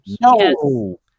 No